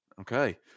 Okay